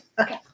Okay